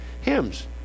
hymns